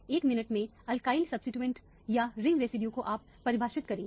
एक मिनट में alkyl substitute या रिंग रेसिड्यू को आप परिभाषित करेंगे